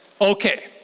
Okay